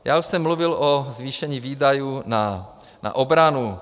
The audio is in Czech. Já jsem mluvil o zvýšení výdajů na obranu.